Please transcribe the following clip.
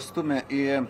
stumia į